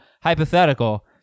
hypothetical